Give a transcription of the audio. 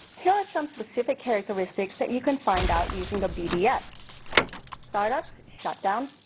here are some specific characteristics that you can find out using the bds start-ups, shutdowns,